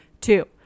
Two